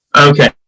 Okay